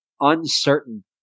Uncertain